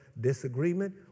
disagreement